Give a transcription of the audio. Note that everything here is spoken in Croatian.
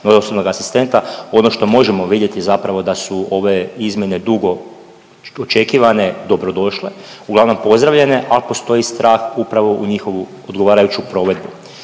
osobnog asistenta. Ono što možemo vidjeti zapravo da su ove izmjene dugoočekivane, dobrodošle, uglavnom pozdravljene, ali postoji strah upravo u njihovu odgovarajuću provedbi